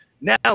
Now